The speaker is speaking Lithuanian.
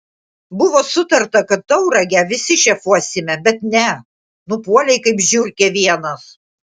buvo sutarta kad tauragę visi šefuosime bet ne nupuolei kaip žiurkė vienas